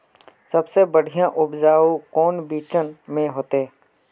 सबसे बढ़िया उपज कौन बिचन में होते?